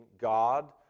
God